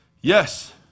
Yes